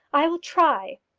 i will try.